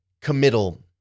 committal